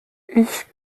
ich